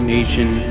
Nation